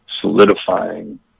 solidifying